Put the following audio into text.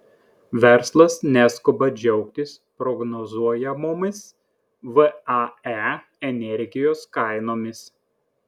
verslas neskuba džiaugtis prognozuojamomis vae energijos kainomis